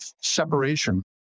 separation